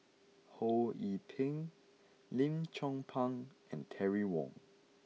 Ho Yee Ping Lim Chong Pang and Terry Wong